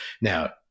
Now